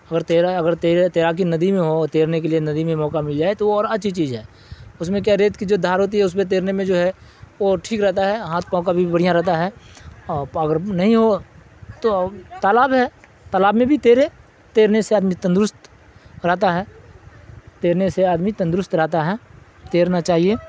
اگر تیرا اگر تیرا تیراکی ندی میں ہو تیرنے کے لیے ندی میں موقع مل جائے تو وہ اور اچھی چیز ہے اس میں کیا ہے ریت کی جو دھار ہوتی ہے اس پہ تیرنے میں جو ہے وہ ٹھیک رہتا ہے ہاتھ پاؤں کا بھی بڑھیا رہتا ہے اور اگر نہیں ہو تو تالاب ہے تالاب میں بھی تیرے تیرنے سے آدمی تندرست رہتا ہے تیرنے سے آدمی تندرست رہتا ہے تیرنا چاہیے